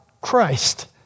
Christ